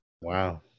Wow